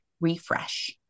refresh